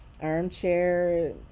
armchair